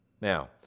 Now